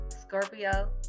Scorpio